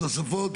הערות נוספות?